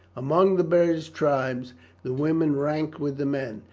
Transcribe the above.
among the british tribes the women ranked with the men,